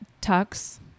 tucks